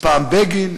הפעם בגין,